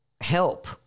help